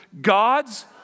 God's